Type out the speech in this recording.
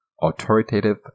authoritative